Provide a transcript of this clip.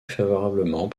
favorablement